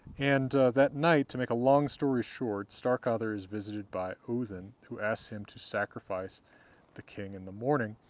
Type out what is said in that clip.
and that night, to make a long story short, starkadr is visited by odinn, who asks him to sacrifice the king in the morning,